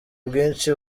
bwinshi